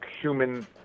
human